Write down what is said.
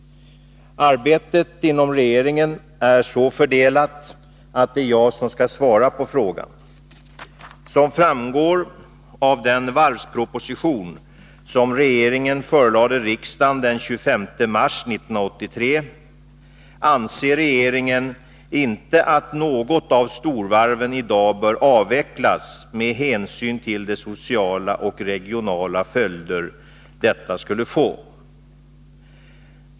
Arbetet inom regeringen är så fördelat att det är jag som skall svara på frågan. Som framgår av den varvsproposition som regeringen förelade riksdagen den 25 mars 1983 anser regeringen inte att något av storvarven i dag bör avvecklas med hänsyn till de sociala och regionala följder detta skulle få.